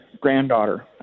granddaughter